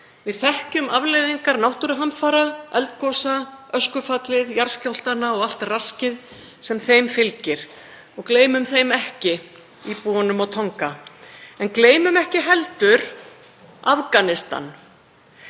Við þekkjum afleiðingar náttúruhamfara og eldgosa, öskufallið, jarðskjálftana og allt raskið sem þeim fylgir. Gleymum ekki íbúunum á Tonga en gleymum ekki heldur Afganistan,